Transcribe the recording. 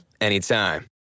anytime